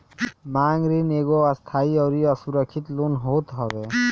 मांग ऋण एगो अस्थाई अउरी असुरक्षित लोन होत हवे